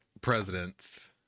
Presidents